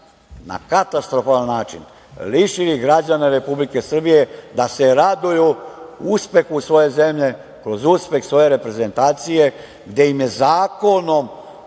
na katastrofalan način lišili građane Republike Srbije da se raduju uspehu svoje zemlje kroz uspeh svoje reprezentacije, gde im je zakonom